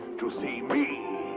to see me!